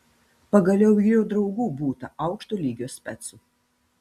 pagaliau ir jo draugų būta aukšto lygio specų